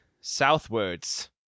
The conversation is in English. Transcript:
southwards